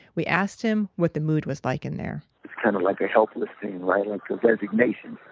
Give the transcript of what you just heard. we asked him what the mood was like in there it's kind of like a helpless thing, right? like resignation.